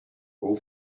all